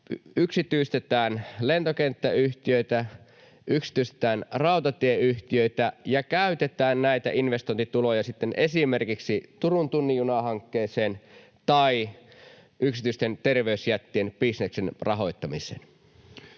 yksityistetään lentokenttäyhtiöitä, yksityistetään rautatieyhtiöitä ja käytetään näitä investointituloja sitten esimerkiksi Turun tunnin juna ‑hankkeeseen tai yksityisten terveysjättien bisneksen rahoittamiseen?